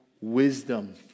wisdom